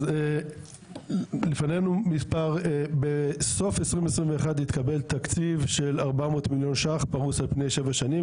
אז לפנינו בסוף 2021 התקבל תקציב של 400 מיליון שקלים פרוס על שבע שנים,